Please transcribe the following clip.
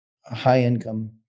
high-income